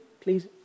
please